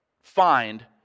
find